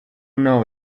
know